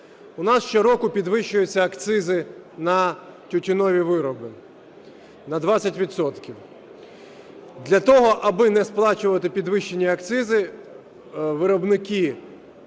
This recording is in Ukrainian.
У нас щороку підвищуються акцизи на тютюнові вироби на 20 відсотків. Для того, аби не сплачувати підвищені акцизи, виробники